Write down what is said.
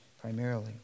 primarily